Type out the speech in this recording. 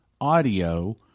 audio